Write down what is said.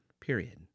period